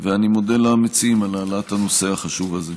אני מודה למציעים על העלאת הנושא החשוב הזה.